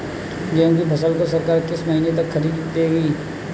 गेहूँ की फसल को सरकार किस महीने तक खरीदेगी?